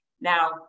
Now